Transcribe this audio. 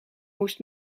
moest